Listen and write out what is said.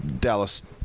Dallas –